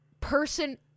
person